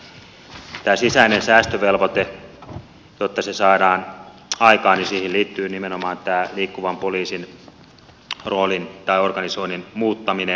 jotta tämä sisäinen säästövelvoite saadaan aikaan niin siihen liittyy nimenomaan tämä liikkuvan poliisin roolin tai organisoinnin muuttaminen